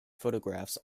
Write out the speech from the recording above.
photographs